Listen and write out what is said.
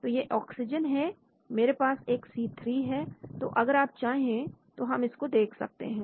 तो यह ऑक्सीजन है मेरे पास एक C3 है तो अगर आप चाहें तो हम इसको देख सकते हैं